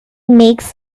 makes